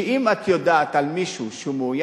שאם את יודעת על מישהו שמאוים,